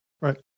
right